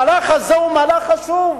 המהלך הזה הוא מהלך חשוב.